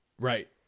Right